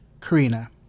Karina